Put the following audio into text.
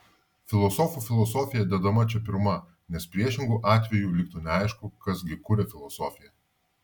filosofų filosofija dedama čia pirma nes priešingu atveju liktų neaišku kas gi kuria filosofiją